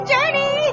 Journey